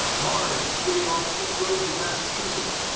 cars skidding off slick roads in massachusetts.